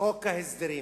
חוק ההסדרים.